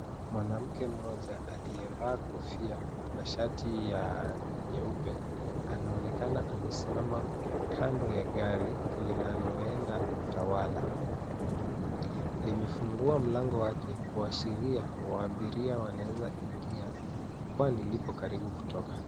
Mwanamke mmoja aliyevaa kofia na shati ya nyeupe anaonekana amesimama kando ya gari linaloenda Utawala. Limefungua mlango wake kushiria abiria wanaweza kuingia kwani lipo karibu kutoka.